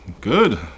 Good